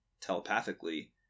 telepathically